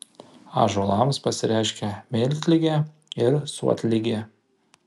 ąžuolams pasireiškia miltligė ir suodligė